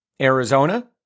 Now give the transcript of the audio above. Arizona